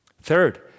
Third